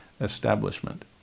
establishment